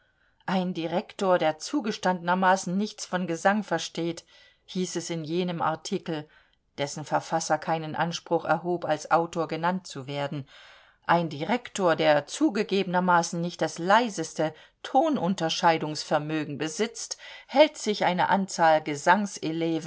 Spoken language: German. ein direktor der zugestandenermaßen nichts von gesang versteht hieß es in jenem artikel dessen verfasser keinen anspruch erhob als autor genannt zu werden ein direktor der zugegebenermaßen nicht das leiseste tonunterscheidungsvermögen besitzt hält sich eine anzahl